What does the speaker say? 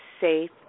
safe